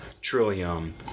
Trillium